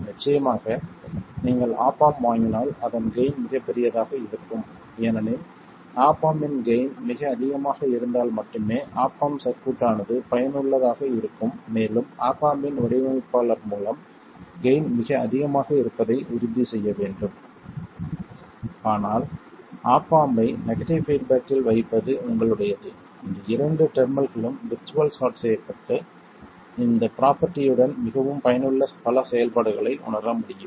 நிச்சயமாக நீங்கள் op amp வாங்கினால் அதன் கெய்ன் மிகப் பெரியதாக இருக்கும் ஏனெனில் ஆப் ஆம்ப் இன் கெய்ன் மிக அதிகமாக இருந்தால் மட்டுமே ஆப் ஆம்ப் சர்க்யூட் ஆனது பயனுள்ளதாக இருக்கும் மேலும் ஆப் ஆம்ப் இன் வடிவமைப்பாளர் மூலம் கெய்ன் மிக அதிகமாக இருப்பதை உறுதி செய்ய வேண்டும் ஆனால் ஆப் ஆம்ப் ஐ நெகடிவ் பீட்பேக்கில் வைப்பது உங்களுடையது இந்த இரண்டு டெர்மினல்களும் விர்ச்சுவல் ஷார்ட் செய்யப்பட்டு இந்த ப்ரோபெர்டியுடன் மிகவும் பயனுள்ள பல செயல்பாடுகளை உணர முடியும்